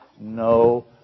no